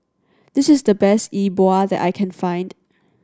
this is the best E Bua that I can find